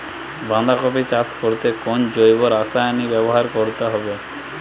বাঁধাকপি চাষ করতে কোন জৈব রাসায়নিক ব্যবহার করতে হবে?